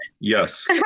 Yes